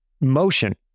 Motion